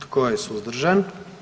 Tko je suzdržan?